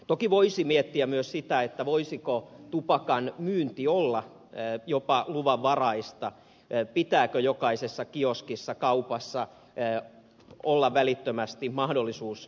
toki voisi miettiä myös sitä voisiko tupakan myynti olla jopa luvanvaraista pitääkö jokaisessa kioskissa kaupassa olla välittömästi mahdollisuus tupakan myyntiin